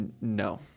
No